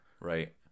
Right